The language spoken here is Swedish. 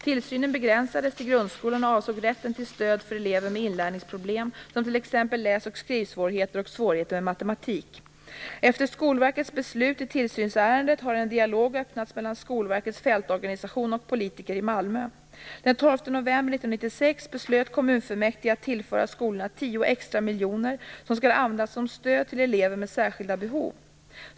Tillsynen begränsades till grundskolan och avsåg rätten till stöd för elever med inlärningsproblem, som t.ex. läs och skrivsvårigheter och svårigheter med matematik. Efter Skolverkets beslut i tillsynsärendet har en dialog öppnats mellan Skolverkets fältorganisation och politiker i Malmö. Den 12 november 1996 beslöt kommunfullmäktige att tillföra skolorna 10 extra miljoner, som skall användas som stöd till elever med särskilda behov.